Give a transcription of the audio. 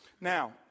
Now